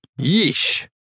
Yeesh